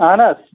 اَہَن حظ